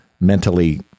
mentally